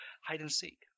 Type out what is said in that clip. hide-and-seek